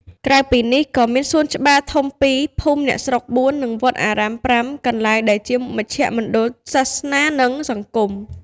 ក្រៅពីនេះ ក៏មានសួនច្បារធំ ២ ភូមិអ្នកស្រុក ៤ និងវត្តអារាម ៥ កន្លែង ដែលជាមជ្ឈមណ្ឌលសាសនា និងសង្គម។